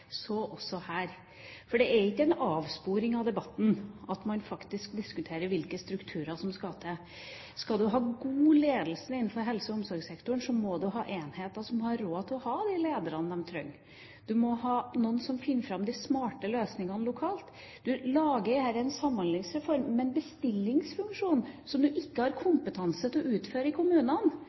Så også her. For det er ikke en avsporing av debatten at man faktisk diskuterer hvilke strukturer som skal til. Skal man ha god ledelse innenfor helse- og omsorgssektoren, må man ha enheter som har råd til å ha de lederne de trenger. Man må ha noen som finner fram de smarte løsningene lokalt. Man lager her en samhandlingsreform med en bestillingsfunksjon som man ikke har kompetanse til å utføre i kommunene,